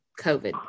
COVID